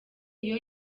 iyo